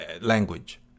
language